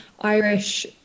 Irish